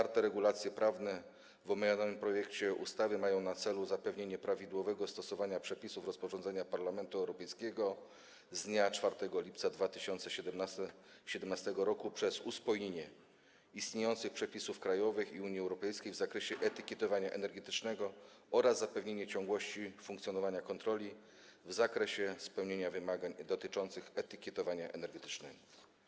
Regulacje prawne zawarte w omawianym projekcie ustawy mają na celu zapewnienie prawidłowego stosowania przepisów rozporządzenia Parlamentu Europejskiego z dnia 4 lipca 2017 r. przez uspójnienie istniejących przepisów krajowych i Unii Europejskiej w zakresie etykietowania energetycznego oraz zapewnienie ciągłości funkcjonowania kontroli w zakresie spełniania wymagań dotyczących etykietowania energetycznego.